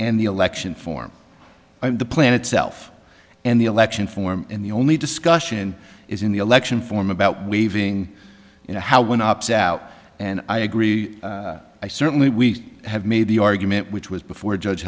and the election form the plan itself and the election form and the only discussion is in the election form about weaving you know how one opts out and i agree certainly we have made the argument which was before judge